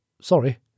Sorry